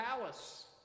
palace